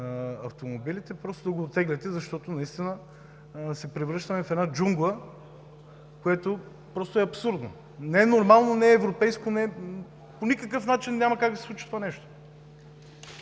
да го оттеглите, защото наистина се превръщаме в една джунгла, което е абсурдно, не е нормално, не е европейско, по никакъв начин няма как да се случи това нещо.